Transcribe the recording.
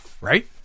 Right